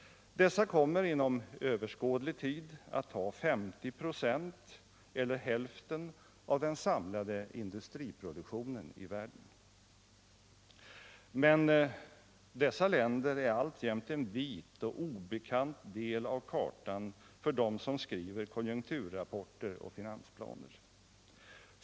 Dessa kommer inom överskådlig tid att ha 50 ”. eller hälften av den samlade industriproduktionen i världen. Men dessa länder är alltjämt en vit och obekant del av kartan för dem som skriver konjunkturrapporter och finansplaner.